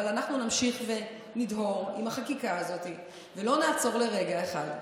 אבל אנחנו נמשיך ונדהר עם החקיקה הזאת ולא נעצור לרגע אחד.